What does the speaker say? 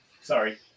sorry